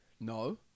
No